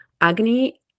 Agni